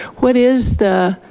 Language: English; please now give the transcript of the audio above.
what is the